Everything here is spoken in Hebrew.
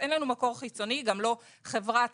אין לנו מקור חיצוני,